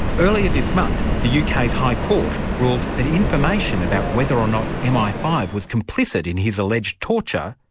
earlier this month, the uk's high high court ruled that information about whether or not m i five was complicit in his alleged torture,